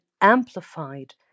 amplified